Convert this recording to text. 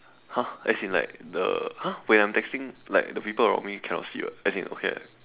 !huh! as in like the !huh! when I'm texting like the people around me cannot see [what] as in okay right